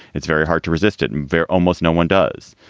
it's very hard to resist it. there almost no one does.